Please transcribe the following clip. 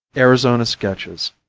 arizona sketches,